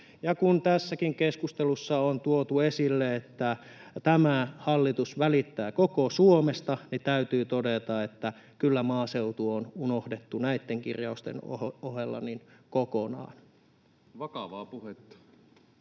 kun tässäkin keskustelussa on tuotu esille, että tämä hallitus välittää koko Suomesta, täytyy todeta, että kyllä maaseutu on unohdettu näitten kirjausten kautta kokonaan. [Pekka